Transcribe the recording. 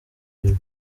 nyuma